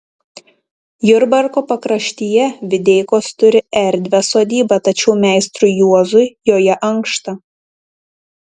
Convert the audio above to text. jurbarko pakraštyje videikos turi erdvią sodybą tačiau meistrui juozui joje ankšta